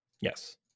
yes